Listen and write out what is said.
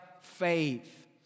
faith